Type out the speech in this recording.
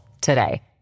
today